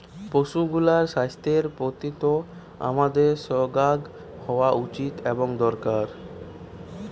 পশুগুলার স্বাস্থ্যের প্রতিও আমাদের সজাগ হওয়া উচিত এবং দরকার